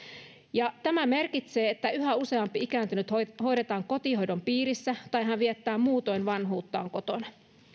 tämä merkitsee että yhä useampi ikääntynyt hoidetaan kotihoidon piirissä tai hän viettää muutoin vanhuuttaan kotona